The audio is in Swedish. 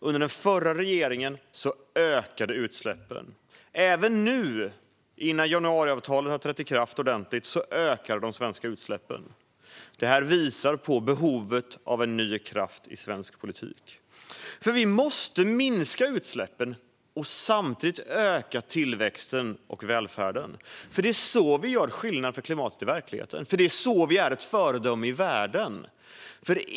Under den förra regeringen ökade utsläppen. Även nu, innan januariavtalet trätt i kraft ordentligt, ökar de svenska utsläppen. Det här visar på behovet av en ny kraft i svensk politik. Vi måste minska utsläppen och samtidigt öka tillväxten och välfärden. Det är så vi gör skillnad för klimatet i verkligheten. Det är så vi är ett föredöme i världen.